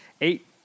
eight